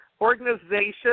organization